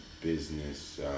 business